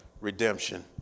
redemption